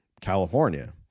California